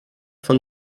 von